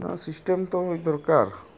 system ᱛᱳ ᱫᱚᱨᱠᱟᱨ